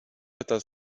pyta